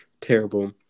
Terrible